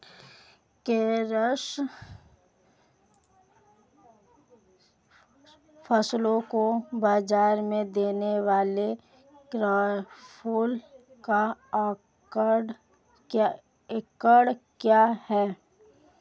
कृषि फसलों को बाज़ार में देने वाले कैंपों का आंकड़ा क्या है?